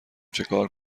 چیکار